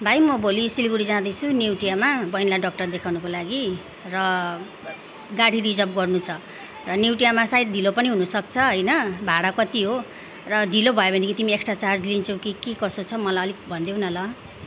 भाइ म भोलि सिलगढी जाँदैछु नियोटियामा बैनीलाई डक्टर देखाउनको लागि र गाडी रिजर्व गर्नु छ नियोटियामा सायद ढिलो पनि हुनसक्छ होइन भाडा कति हो र ढिलो भयो भने तिमी एक्सट्रा चार्ज लिन्छौ कि कसो छ मलाई अलिक भन्देऊ न ल